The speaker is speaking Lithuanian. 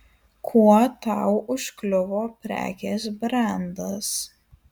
kuo tau užkliuvo prekės brendas